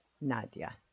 Nadia